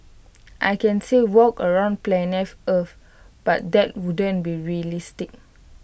I can say walk around planet earth but that wouldn't be realistic